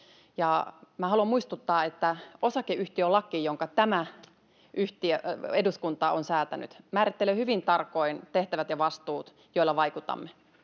haluan muistuttaa, että osakeyhtiölaki, jonka tämä eduskunta on säätänyt, määrittelee hyvin tarkoin tehtävät ja vastuut, joilla vaikutamme.